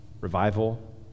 revival